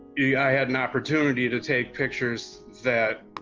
yeah i had an opportunity to take pictures that,